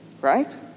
Right